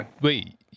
Wait